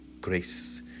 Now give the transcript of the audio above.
grace